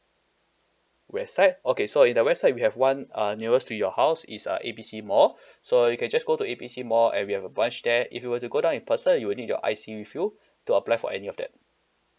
west side okay so in the west side we have one uh nearest to your house is uh A B C mall so you can just go to A B C mall and we have a branch there if you were to go down in person you will need your I_C with you to apply for any of that